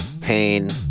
pain